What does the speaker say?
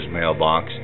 mailbox